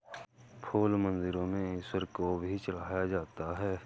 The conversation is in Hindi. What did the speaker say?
फूल मंदिरों में ईश्वर को भी चढ़ाया जाता है